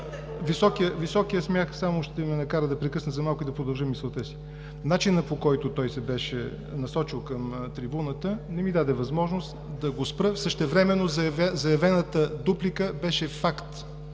Високият смях само ще ме накара да прекъсна за малко и да продължа мисълта си. Начинът, по който той се беше насочил към трибуната, не ми даде възможност да го спра. Същевременно заявената дуплика беше факт.